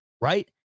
right